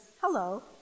hello